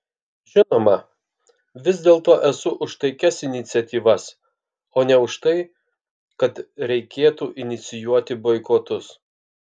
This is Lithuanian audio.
žinoma vis dėlto esu už taikias iniciatyvas o ne už tai kad reikėtų inicijuoti boikotus